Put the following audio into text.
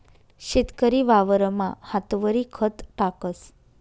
शेतकरी वावरमा हातवरी खत टाकस